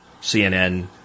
CNN